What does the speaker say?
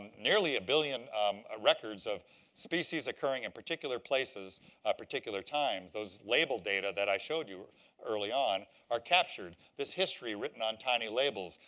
nearly a billion ah records of species occurring in particular places at particular times. those labeled data that i showed you early on are captured this history written on tiny labels.